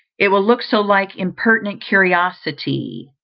it will look so like impertinent curiosity.